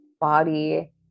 body